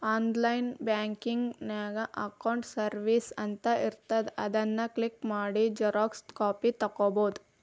online ಬ್ಯಾಂಕಿನ್ಯಾಗ accounts services ಅಂತ ಇರ್ತಾದ ಅದನ್ ಕ್ಲಿಕ್ ಮಾಡಿ ಝೆರೊಕ್ಸಾ ಕಾಪಿ ತೊಕ್ಕೊಬೋದು